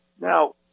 now